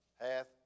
hath